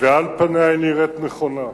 ועל פניה היא נראית נכונה.